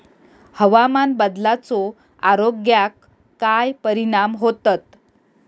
हवामान बदलाचो आरोग्याक काय परिणाम होतत?